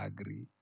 Agree